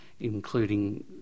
including